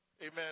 amen